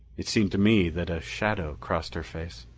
it seemed to me that a shadow crossed her face.